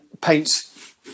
paints